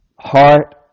heart